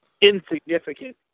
insignificant